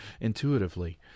intuitively